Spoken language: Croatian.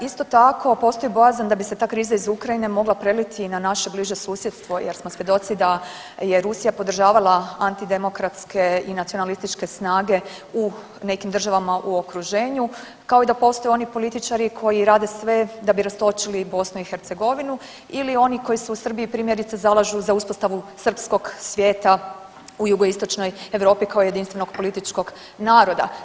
Isto tako postoji bojazan da bi se ta kriza iz Ukrajine mogla preliti i na naše bliže susjedstvo jer smo svjedoci da je Rusija podržavala antidemokratske i nacionalističke snage u nekim državama u okruženju, kao i da postoje oni političari koji rade sve da bi rastočili BiH ili oni koji se u Srbiji primjerice zalažu za uspostavu srpskog svijeta u Jugoistočnoj Europi kao jedinstvenog političkog naroda.